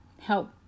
help